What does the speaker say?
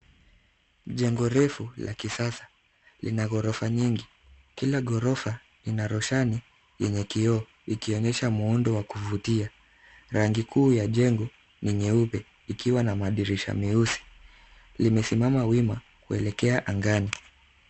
Jengo refu la kisasa lina gorofa nyingi, kila gorofa lin rushani lenye kioo likionyesha muundo wa kuvutia. Rangi kuu la jengo ni nyepe ikiwa na madirisha meusi limesimama wima kuelekea angani.